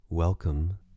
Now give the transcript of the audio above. welcome